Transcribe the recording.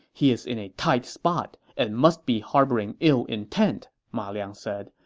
he is in a tight spot and must be harboring ill intent, ma liang said.